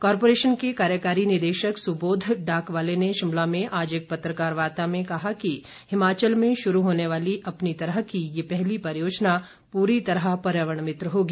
corporation के कार्यकारी निदेशक सुबोध डाकवाले ने शिमला में आज एक पत्रकार वार्ता में कहा कि हिमाचल में शुरू होने वाली अपनी तरह की ये पहली परियोजना पूरी तरह पर्यावरण मित्र होगी